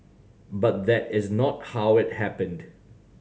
but that is not how it happened